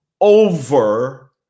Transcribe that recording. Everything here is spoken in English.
over